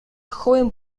joven